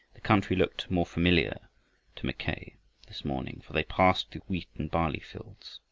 the country looked more familiar to mackay this morning, for they passed through wheat and barley fields.